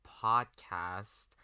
podcast